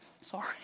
Sorry